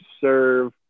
serve